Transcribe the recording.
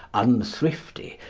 unthrifty,